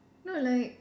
no like